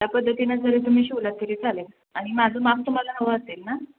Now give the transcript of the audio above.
या पद्धतीनं जरी तुम्ही शिवलात तरी चालेल आणि माझं माप तुम्हाला हवं असेल ना